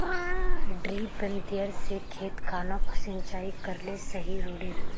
डिरिपयंऋ से खेत खानोक सिंचाई करले सही रोडेर?